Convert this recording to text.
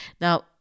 Now